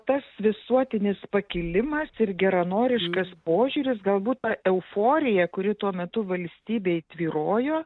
tas visuotinis pakilimas ir geranoriškas požiūris galbūt ta euforija kuri tuo metu valstybėj tvyrojo